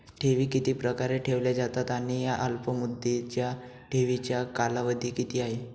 ठेवी किती प्रकारे ठेवल्या जातात आणि अल्पमुदतीच्या ठेवीचा कालावधी किती आहे?